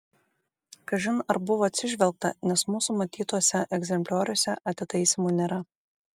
kažin ar buvo atsižvelgta nes mūsų matytuose egzemplioriuose atitaisymų nėra